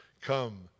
come